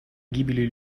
гибели